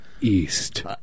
East